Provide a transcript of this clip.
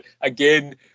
again